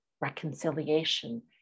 reconciliation